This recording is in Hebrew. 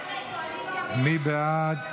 מי בעד?